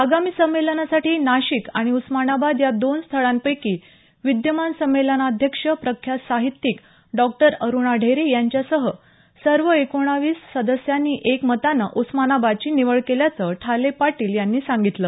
आगामी संमेलनासाठी नाशिक आणि उस्मानाबाद या दोन स्थळांपैकी विद्यमान संमेलन अध्यक्ष प्रख्यात साहित्यिक डॉ अरुणा ढेरे यांच्यासह सर्व एकोणाविस सदस्यांनी एकमतानं उस्मानाबादची निवड केल्याचं ठाले पाटील यांनी सांगितलं